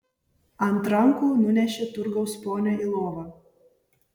ant rankų nunešė turgaus ponią į lovą